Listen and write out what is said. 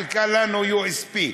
חילקה לנו USB,